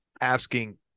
asking